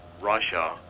Russia